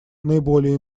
наиболее